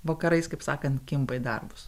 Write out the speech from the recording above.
vakarais kaip sakant kimba į darbus